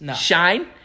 Shine